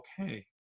okay